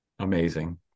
Amazing